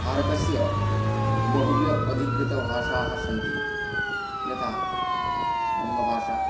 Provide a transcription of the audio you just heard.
भारतस्य बहुभ्यः अधिकृतभाषाः सन्ति यथा बङ्गभाषा